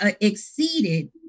exceeded